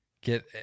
Get